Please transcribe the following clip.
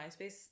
MySpace